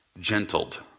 gentled